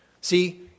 See